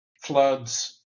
floods